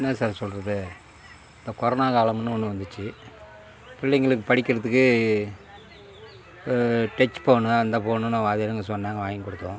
என்ன சார் சொல்கிறது இந்த கொரோனா காலம்னு ஒன்று வந்துச்சு பிள்ளைங்களுக்கு படிக்கிறதுக்கு டச் ஃபோனு அந்த ஃபோனுன்னு அது எங்களுக்கு சொன்னாங்க வாங்கி கொடுத்தோம்